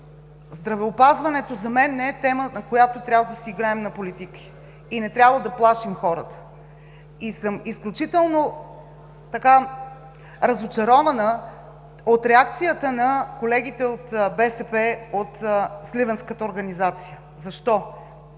защото здравеопазването за мен не е тема, с която трябва да си играем на политики, и не трябва да плашим хората. Изключително разочарована съм от реакцията на колегите от БСП от сливенската организация. Защо?